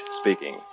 speaking